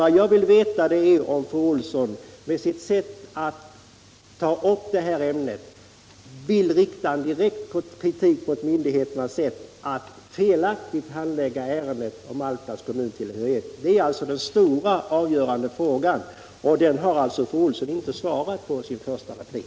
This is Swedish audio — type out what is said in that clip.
Vad jag vill veta är om fru Olsson med sitt sätt att ta upp detta ämne ville rikta direkt kritik mot myndigheternas handläggning av ärendet om Alftas kommuntillhörighet. Det är den stora och avgörande frågan. Den har fru Olsson inte svarat på i sin första replik.